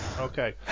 Okay